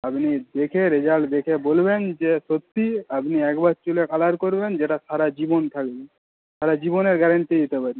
আপনি দেখে রেজাল্ট দেখে বলবেন যে সত্যিই আপনি একবার চুলে কালার করবেন যেটা সারা জীবন থাকবে সারা জীবনের গ্যারেন্টি দিতে পারি